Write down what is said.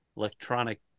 electronic